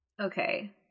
Okay